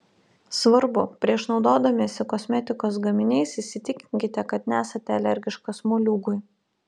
svarbu prieš naudodamiesi kosmetikos gaminiais įsitikinkite kad nesate alergiškas moliūgui